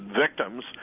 victims